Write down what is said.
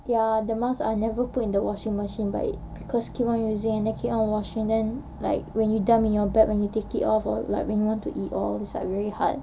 ya the mask I never put in the washing machine but it because keep on using and then keep on washing then like when you dump in your bag when you take it off or like when you want to eat all these are very hard